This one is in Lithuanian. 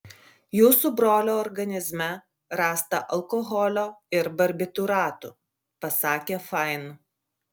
jūsų brolio organizme rasta alkoholio ir barbitūratų pasakė fain